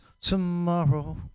tomorrow